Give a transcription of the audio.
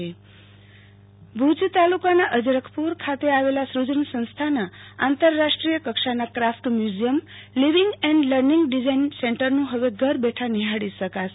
આરતી ભક્ટ અજરખપુર મ્યુઝીયમ ભુજ તાલુકાના અજરખપુર ખાતે આવેલા શ્રુજન સંસ્થાના આંતરરાષ્ટ્રીય કક્ષાના craft museum living and learning design centre ને હવે ઘર બેઠાં નિહાળી શકાશે